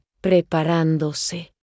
preparándose